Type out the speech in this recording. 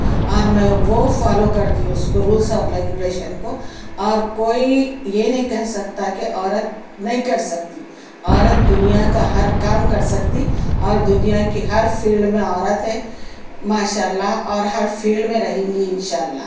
اور میں وہ فالو کرتی ہوں اُس کو رولس اور ریگولیشن کو اور کوئی یہ نہیں کہہ سکتا کہ عورت نہیں کر سکتی عورت دنیا کا ہر کام کر سکتی اور دنیا کی ہر فیلڈ میں عورت ہے ماشاء اللہ اور ہر فیلڈ میں رہیں گی اِنشاء اللہ